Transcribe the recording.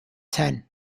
ten